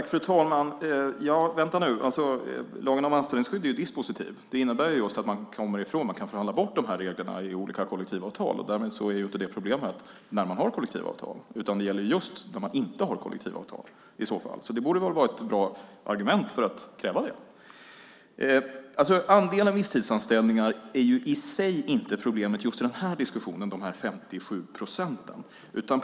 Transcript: Fru talman! Vänta nu! Lagen om anställningsskydd är dispositiv. Det innebär just att man kommer ifrån, att man kan förhandla bort, de här reglerna i olika kollektivavtal. Därmed finns inte det problemet när man har kollektivavtal, utan det gäller i så fall just när man inte har kollektivavtal. Det borde alltså vara ett argument för att kräva det. Andelen visstidsanställningar i sig är inte problemet i just diskussionen om de 57 procenten.